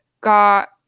got